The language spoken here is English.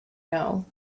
know